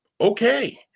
okay